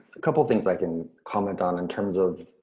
a couple of things i can comment on in terms of,